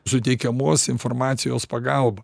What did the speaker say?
suteikiamos informacijos pagalba